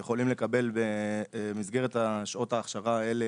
הם יכולים לקבל במסגרת שעות ההכשרה האלה